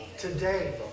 Today